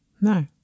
No